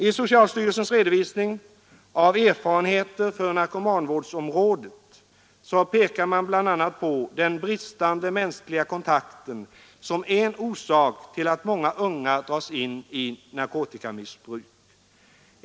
I socialstyrelsens redovisning av erfarenheter från narkomanvårdsområdet pekar man bl.a. på den bristande mänskliga kontakten som är orsak till att många unga dras in i narkotikamissbruk.